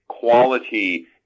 Quality